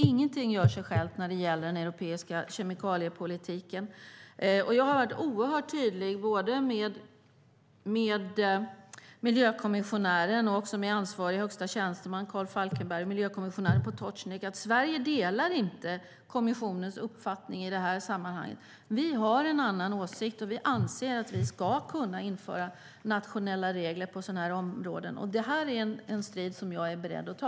Ingenting görs av sig självt i den europeiska kemikaliepolitiken. Jag har varit oerhört tydlig med miljökommissionär Potocnik och med ansvarig högste tjänsteman Karl Falkenberg om att Sverige inte delar kommissionens uppfattning i det här sammanhanget. Vi har en annan åsikt. Vi anser att vi ska kunna införa nationella regler på detta område. Det här en strid som jag är beredd att ta.